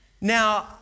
Now